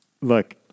look